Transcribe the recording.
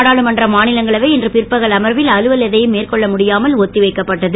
நாடாளுமன்ற மாநிலங்களவை இன்று பிற்பகல் அமர்வில் அலுவல் எதையும் மேற்கொள்ள முடியாமல் ஒத்திவைக்கப்பட்டது